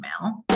email